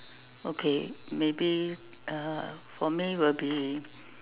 okay maybe uh for me will be